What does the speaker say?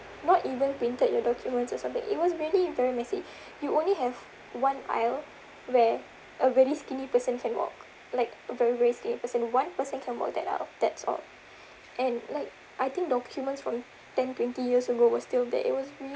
not even printed your documents or something it was really very messy you only have one aisle where a very skinny person can walk like very very skinny person one person can walk that aisle that's all and like I think documents from ten twenty years ago was still there it was really